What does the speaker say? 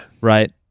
right